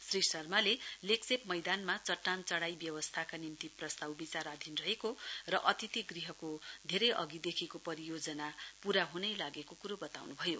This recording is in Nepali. श्री शर्माले लेग्शेप मैदानमा चट्टान चढाई व्यवस्थाका निम्ति प्रस्ताव विचाराधीन रहेको र अतिथि गृहको धेरै अधिदेखिको परियोजना पूरा ह्नै लागेको कुरो बताउनु भयो